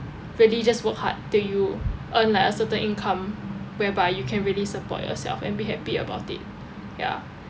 really just work hard until you earn like a certain income whereby you can really support yourself and be happy about it ya